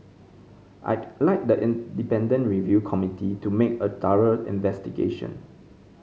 I'd like the independent review committee to make a thorough investigation